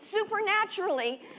supernaturally